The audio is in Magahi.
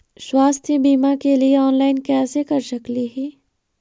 स्वास्थ्य बीमा के लिए ऑनलाइन कैसे कर सकली ही?